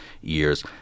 years